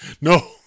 No